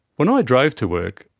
when i drove to work,